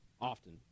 often